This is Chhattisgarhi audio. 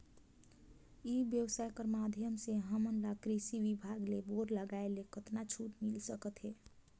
ई व्यवसाय कर माध्यम से हमन ला कृषि विभाग ले बोर लगवाए ले कतका छूट मिल सकत हे?